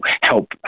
help